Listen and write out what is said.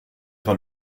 ira